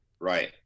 Right